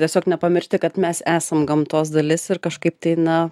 tiesiog nepamiršti kad mes esam gamtos dalis ir kažkaip tai na